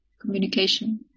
communication